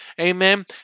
Amen